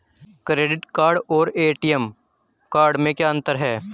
Credit card और ATM card में क्या अंतर है?